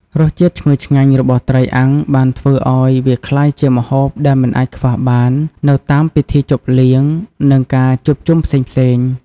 រសជាតិឈ្ងុយឆ្ងាញ់របស់ត្រីអាំងបានធ្វើឲ្យវាក្លាយជាម្ហូបដែលមិនអាចខ្វះបាននៅតាមពិធីជប់លៀង និងការជួបជុំផ្សេងៗ។